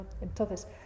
entonces